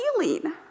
healing